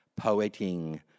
poeting